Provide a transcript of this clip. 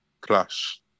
clash